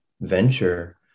venture